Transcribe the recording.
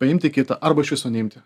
paimti kitą arba iš viso neimti